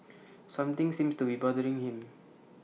something seems to be bothering him